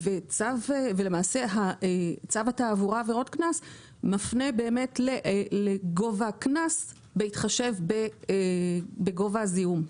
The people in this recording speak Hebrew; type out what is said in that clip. ולמעשה צו התעבורה (עבירות קנס) מפנה לגובה הקנס בהתחשב בגובה הזיהום,